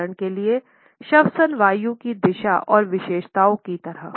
उदाहरण के लिए श्वसन वायु की दिशा और विशेषताओं की तरह